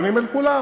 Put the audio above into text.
פונים אל כולם.